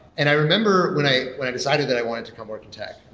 and i remember when i when i decided that i wanted to come work in tech,